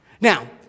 now